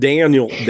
Daniel